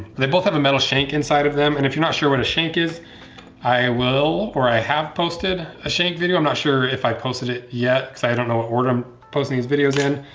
they both have a metal shank inside of them and if you're not sure what a shank is i will or i have posted a shank video. i'm not sure if i posted it yet cuz i don't know what word i'm posting these videos in.